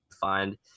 find